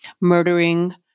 murdering